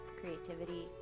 creativity